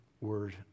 word